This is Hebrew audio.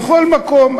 בכל מקום,